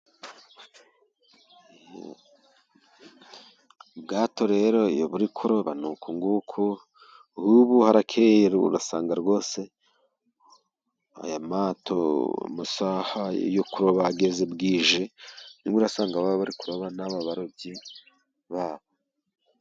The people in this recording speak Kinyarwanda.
Ubwato rero iyo buri kuroba nukunguku, nk'ubu harakeye urasanga rwose aya mato amasaha yo kuroba ageze bwije, nibwo urasanga baba bari kuroba n'aba barobyi baho.